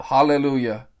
Hallelujah